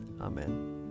Amen